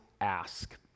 ask